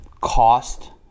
cost